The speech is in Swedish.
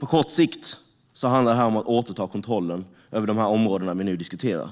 På kort sikt handlar det om att återta kontrollen över de områden vi nu diskuterar,